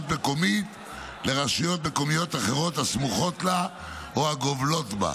מקומית לרשויות מקומיות אחרות הסמוכות לה או הגובלות בה.